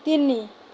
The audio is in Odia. ତିନି